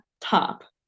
top